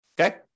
okay